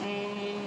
mm